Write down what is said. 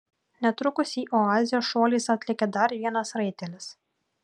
netrukus į oazę šuoliais atlėkė dar vienas raitelis